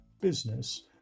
business